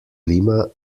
lima